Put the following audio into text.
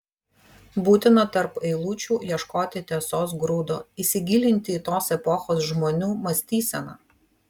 būtina tarp eilučių ieškoti tiesos grūdo įsigilinti į tos epochos žmonių mąstyseną